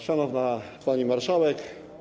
Szanowna Pani Marszałek!